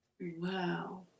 Wow